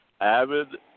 avid